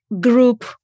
group